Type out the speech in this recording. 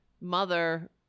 mother